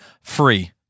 free